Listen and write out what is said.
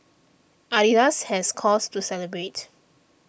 Adidas has cause to celebrate